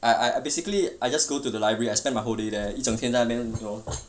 I I basically I just go to the library I spend my whole day there 一整天在那边 you know